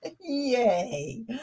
Yay